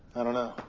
i don't know.